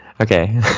Okay